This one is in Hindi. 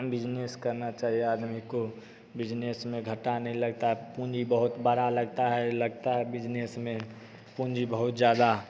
बिज़नेस करना चाहिए आदमी को बिज़नेस में घटाने लगता है पूँजी बहुत बड़ा लगता है लगता है बिज़नेस में पूँजी बहुत ज़्यादा